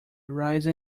rise